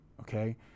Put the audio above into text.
Okay